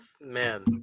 man